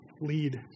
lead